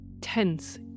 tense